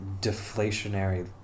deflationary